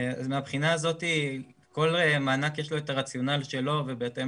מהבחינה הזאת לכל מענק יש את הרציונל שלו ובהתאם